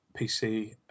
PC